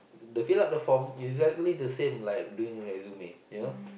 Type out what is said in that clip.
the fill up the form exactly the same like doing resume you know